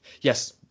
yes